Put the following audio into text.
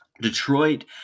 Detroit